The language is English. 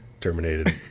terminated